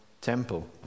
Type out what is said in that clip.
temple